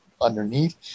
underneath